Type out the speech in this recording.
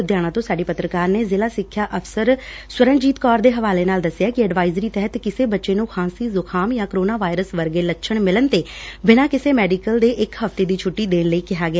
ਲੁਧਿਆਣਾ ਤੋਂ ਸਾਡੀ ਪੱਤਰਕਾਰ ਨੇ ਜ਼ਿਲ੍ਹਾ ਸਿੱਖਿਆ ਅਫ਼ਸਰ ਸਵਰਨਜੀਤ ਕੌਰ ਦੇ ਹਵਾਲੇ ਨਾਲ ਦਸਿਆ ਕਿ ਐਡਵਾਈਜ਼ਰੀ ਤਹਿਤ ਕਿਸੇ ਬੱਚੇ ਨੂੰ ਖਾਂਸੀ ਜ਼ੁਕਾਮ ਜਾਂ ਕਰੋਨਾ ਵਾਇਰਸ ਵਰਗੇ ਲੱਛਣ ਮਿਲਣ ਤੇ ਬਿਨਾਂ ਕਿਸੇ ਮੈਡੀਕਲ ਦੇ ਇੱਕ ਹਫ਼ਤੇ ਦੀ ਛੁੱਟੀ ਦੇਣ ਲਈ ਕਿਹਾ ਗਿਆ